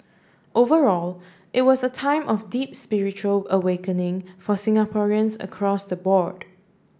overall it was a time of deep spiritual awakening for Singaporeans across the board